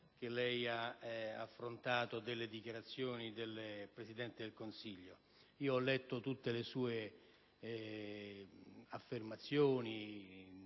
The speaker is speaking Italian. che lei ha affrontato, delle dichiarazioni del Presidente del Consiglio. Ho letto tutte le sue affermazioni